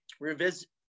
revisit